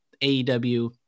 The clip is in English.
AEW